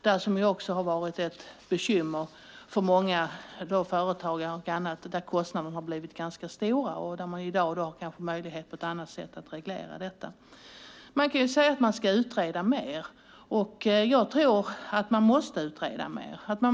Det har varit ett bekymmer för många företagare och andra där kostnaderna har blivit ganska stora och där man i dag på ett annat sätt får möjlighet att reglera detta. Man kan säga att man ska utreda mer, och jag tror att man måste utreda mer.